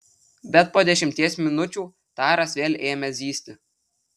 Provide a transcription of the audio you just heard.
bet po dešimties minučių taras vėl ėmė zyzti